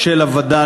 בבקשה.